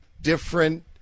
different